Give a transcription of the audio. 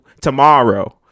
tomorrow